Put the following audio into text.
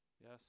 Yes